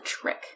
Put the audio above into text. trick